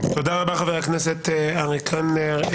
תודה רבה חבר הכנסת אריאל קלנר.